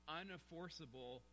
unenforceable